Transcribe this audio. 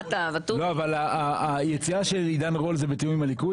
לא, אבל היציאה של עידן רול זה בתיאום עם הליכוד?